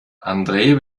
andre